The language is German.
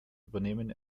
übernahmen